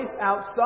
outside